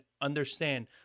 understand